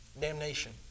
damnation